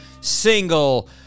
single